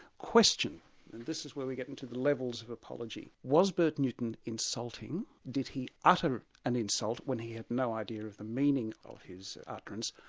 and this is where we get into the levels of apology was bert newton insulting, did he utter an insult when he had no idea of the meaning of his utterance?